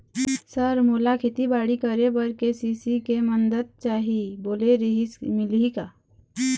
Sir मोला खेतीबाड़ी करेबर के.सी.सी के मंदत चाही बोले रीहिस मिलही का?